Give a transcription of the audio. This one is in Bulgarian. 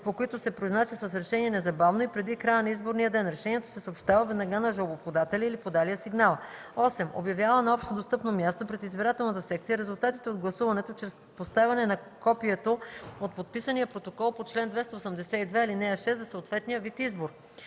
по които се произнася с решение незабавно и преди края на изборния ден; решението се съобщава веднага на жалбоподателя или подалия сигнала; 8. обявява на общодостъпно място пред избирателната секция резултатите от гласуването чрез поставяне на копието от подписания протокол по чл. 282, ал. 6 за съответния вид избор;